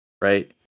right